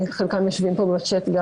חלקם יושבים פה בצ'ט.